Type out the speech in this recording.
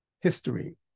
history